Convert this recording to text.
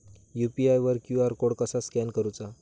UPI वर QR code कसा scan करूचा?